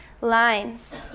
lines